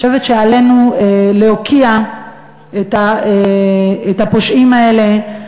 אני חושבת שעלינו להוקיע את הפושעים האלה,